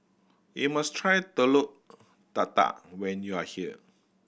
you must try Telur Dadah when you are here